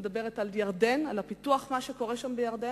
אני מדברת על ירדן, על הפיתוח שנעשה בירדן,